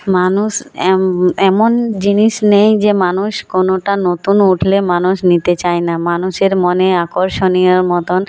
মানুষ এমন জিনিস নেই যে মানুষ কোনোটা নতুন উঠলে মানুষ নিতে চায় না মানুষের মনে আকর্ষণীয়র মতোন